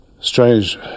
strange